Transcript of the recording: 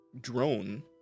drone